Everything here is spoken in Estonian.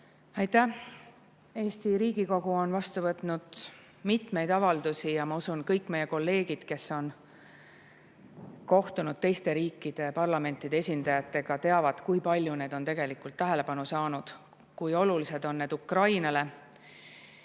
Aitäh! Eesti Riigikogu on vastu võtnud mitmeid avaldusi ja ma usun, et kõik meie kolleegid, kes on kohtunud teiste riikide parlamentide esindajatega, teavad, kui palju need on tegelikult tähelepanu saanud ja kui olulised on need Ukrainale,